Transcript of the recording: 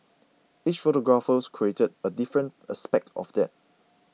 each photographer created a different aspect of that